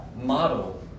model